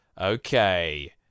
okay